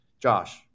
josh